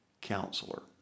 counselor